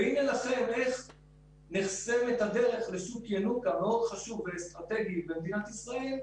וכך נחסמת הדרך לשוק ינוקא מאוד חשוב ואסטרטגי במדינת ישראל.